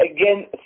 again